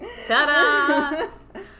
Ta-da